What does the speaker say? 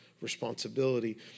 responsibility